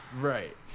Right